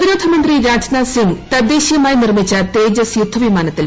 പ്രതിരോധ മന്ത്രി രാജ്നാഥ് സിംഗ് തദ്ദേശീയമായി നിർമ്മിച്ച തേജസ് യുദ്ധ്യവീമാനത്തിൽ പറന്നു